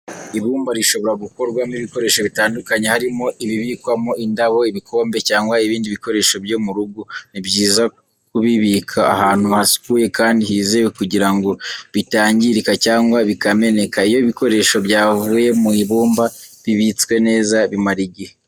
Ibumba rishobora gukorwamo ibikoresho bitandukanye, harimo ibibikwamo indabo, ibikombe, cyangwa ibindi bikoresho byo mu rugo. Ni byiza kubibika ahantu hasukuye kandi hizewe, kugira ngo bitangirika cyangwa bikameneka. Iyo ibikoresho byavuye mu ibumba bibitswe neza bimara igihe.